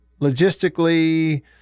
logistically